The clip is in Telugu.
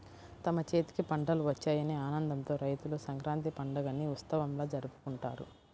తమ చేతికి పంటలు వచ్చాయనే ఆనందంతో రైతులు సంక్రాంతి పండుగని ఉత్సవంలా జరుపుకుంటారు